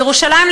בירושלים,